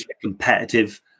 competitive